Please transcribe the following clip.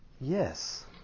Yes